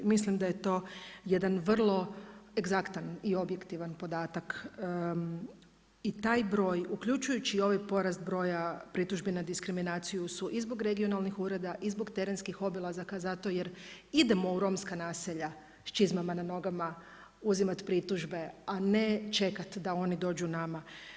Mislim da je to jedan vrlo egzaktan i objektivan podatak i taj broj uključujući i ovaj porast broja pritužbi na diskriminaciju su i zbog regionalnih ureda i zbog terenskih obilazaka zato jer idemo u romska naselja sa čizmama na nogama uzimat pritužbe a ne čekat da oni dođu nama.